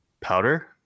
powder